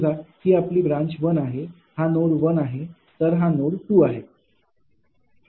समजा ही आपली ब्रांच आहे हा नोड 1 आहे तर हा नोड 2 आहे